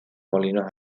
molinos